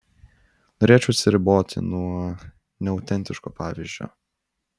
norėčiau atsiriboti nuo neautentiško pavyzdžio